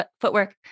footwork